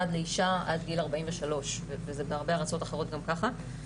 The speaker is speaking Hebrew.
לאישה עד גיל 43. בהרבה ארצות אחרות זה גם ככה.